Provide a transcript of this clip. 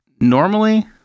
Normally